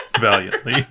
valiantly